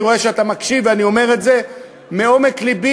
אני רואה שאתה מקשיב ואני אומר את זה מעומק לבי,